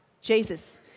Jesus